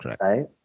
Right